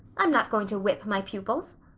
i'm not going to whip my pupils.